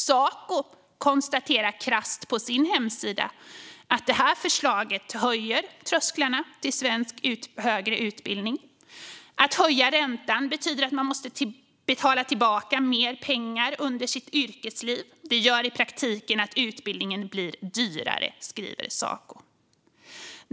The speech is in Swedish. Saco konstaterar krasst på sin hemsida att förslaget höjer trösklarna till svensk högre utbildning. Att höja räntan betyder att man måste betala tillbaka mer pengar under sitt yrkesliv. Det gör i praktiken att utbildningen blir dyrare, skriver Saco.